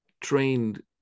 trained